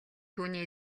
түүний